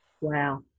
wow